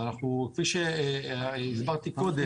כפי שהסברתי קודם